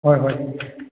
ꯍꯣꯏ ꯍꯣꯏ